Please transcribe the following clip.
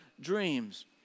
dreams